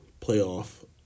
playoff